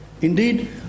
Indeed